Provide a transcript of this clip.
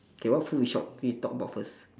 okay what food we sha~ we talk about first